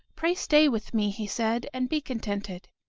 pray stay with me, he said, and be contented.